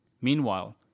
Meanwhile